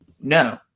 no